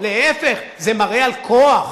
להיפך, זה מראה על כוח.